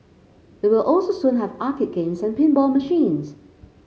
it will also soon have arcade games and pinball machines